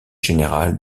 général